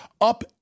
up